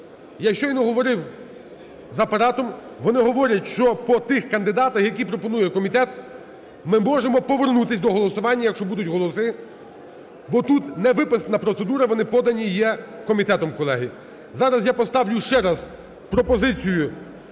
Я щойно говорив з Апаратом, вони говорять, що по тих кандидатах, які пропонує комітет, ми можемо повернутись до голосування, якщо будуть голоси, бо тут не виписана процедура. Вони подані є комітетом, колеги. Зараз я поставлю ще раз пропозицію